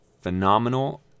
phenomenal